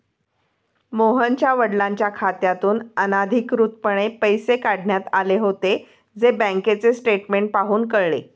मोहनच्या वडिलांच्या खात्यातून अनधिकृतपणे पैसे काढण्यात आले होते, जे बँकेचे स्टेटमेंट पाहून कळले